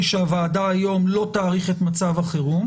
שהוועדה היום לא תאריך את מצב החירום,